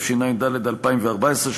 התשע"ד 2014,